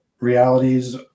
realities